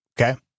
Okay